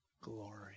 glory